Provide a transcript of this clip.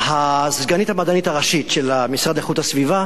סגנית המדענית הראשית של המשרד לאיכות הסביבה